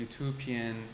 utopian